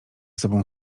sobą